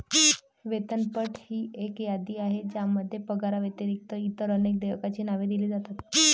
वेतनपट ही एक यादी आहे ज्यामध्ये पगाराव्यतिरिक्त इतर अनेक देयकांची नावे दिली जातात